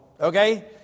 okay